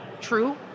true